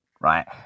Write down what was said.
right